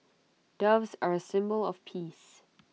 doves are A symbol of peace